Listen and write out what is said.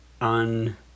on